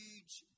Huge